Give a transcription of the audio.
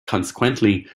consequently